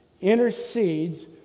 intercedes